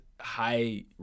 high